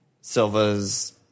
Silva's